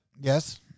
Yes